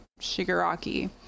Shigaraki